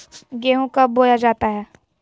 गेंहू कब बोया जाता हैं?